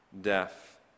death